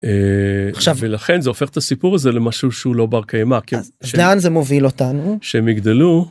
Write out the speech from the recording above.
ולכן, עכשיו, זה הופך את הסיפור הזה למשהו שהוא לא בר קיימא. לאן זה מוביל אותנו? שהם יגדלו.